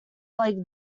blake